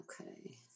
Okay